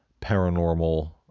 paranormal